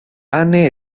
ane